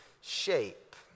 shape